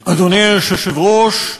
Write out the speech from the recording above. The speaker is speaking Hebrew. אדוני היושב-ראש,